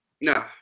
No